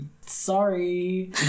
Sorry